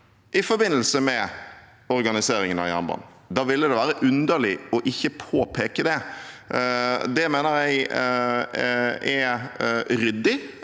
i forbindelse med organiseringen av jernbanen. Da ville det være underlig ikke å påpeke det. Det mener jeg er ryddig.